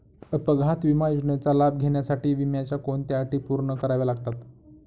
अपघात विमा योजनेचा लाभ घेण्यासाठी विम्याच्या कोणत्या अटी पूर्ण कराव्या लागतात?